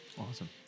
Awesome